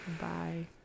Bye